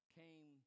came